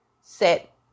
set